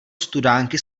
studánky